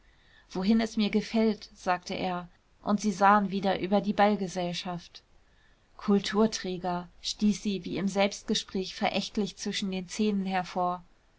wohin es mir gefällt sagte er und sie sahen wieder über die ballgesellschaft kulturträger stieß sie wie im selbstgespräch verächtlich zwischen den zähnen hervor